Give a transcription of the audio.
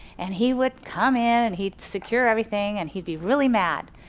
and he would come in and he'd secure everything. and he'd be really mad.